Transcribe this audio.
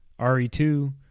RE2